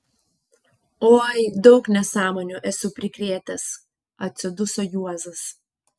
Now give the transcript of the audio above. oi daug nesąmonių esu prikrėtęs atsiduso juozas